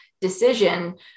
decision